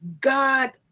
God